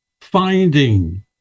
finding